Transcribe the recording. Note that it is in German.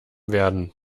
werden